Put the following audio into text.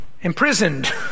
Imprisoned